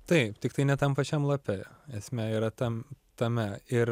taip tiktai ne tam pačiam lape esmė yra tam tame ir